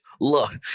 Look